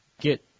get